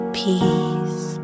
peace